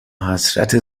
حسرت